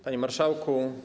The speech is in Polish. Panie Marszałku!